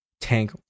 tank